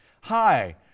Hi